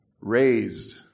Raised